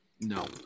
no